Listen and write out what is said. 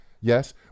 yes